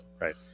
right